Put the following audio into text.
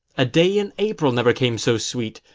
a day in april never came so sweet,